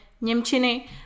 Němčiny